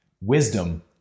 wisdom